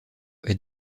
est